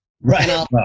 Right